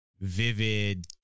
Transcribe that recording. vivid